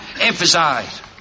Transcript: emphasize